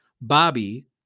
Bobby